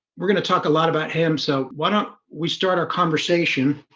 we're going to talk a lot about him. so why don't we start our conversation?